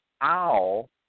owl